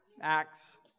Acts